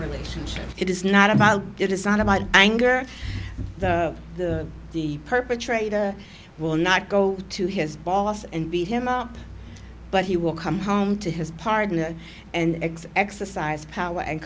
relationships it is not about it is not about anger the the perpetrator will not go to his boss and beat him up but he will come home to his partner and ex exercise power and